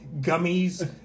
gummies